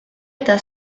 eta